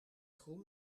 groen